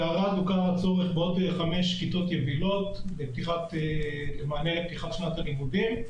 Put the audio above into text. בערד הוכר הצורך בעוד חמש כיתות יבילות כמענה לפתיחת שנת הלימודים.